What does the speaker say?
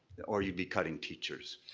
or you'd be cutting teachers.